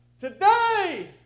Today